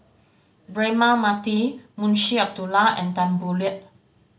Braema Mathi Munshi Abdullah and Tan Boo Liat